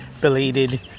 belated